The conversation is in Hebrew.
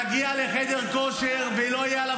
אדם בן 60 או 70 יגיע לחדר כושר ולא יהיה עליו